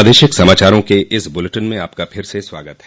प्रादेशिक समाचारों के इस बुलेटिन में आपका फिर से स्वागत है